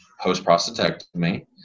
post-prostatectomy